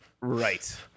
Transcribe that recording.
right